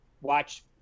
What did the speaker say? watch